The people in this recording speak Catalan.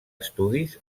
estudis